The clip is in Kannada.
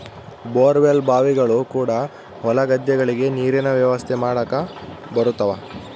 ಬೋರ್ ವೆಲ್ ಬಾವಿಗಳು ಕೂಡ ಹೊಲ ಗದ್ದೆಗಳಿಗೆ ನೀರಿನ ವ್ಯವಸ್ಥೆ ಮಾಡಕ ಬರುತವ